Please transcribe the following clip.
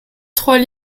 trois